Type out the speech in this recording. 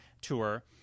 tour